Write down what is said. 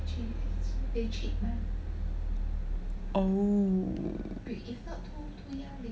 oh